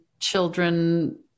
children